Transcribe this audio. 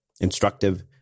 instructive